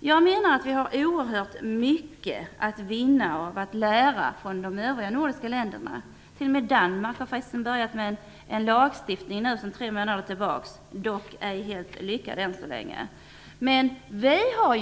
Jag menar att vi har oerhört mycket att vinna på att lära av de övriga nordiska länderna. Danmark har för övrigt sedan tre månader tillbaka börjat tillämpa en ny lagstiftning, dock ännu så länge inte helt lyckad.